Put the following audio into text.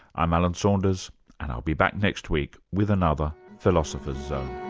i'm alan saunders and i'll be back next week with another philosopher's zone